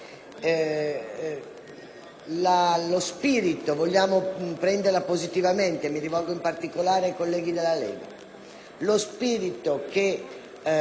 lo spirito che muoverebbe questo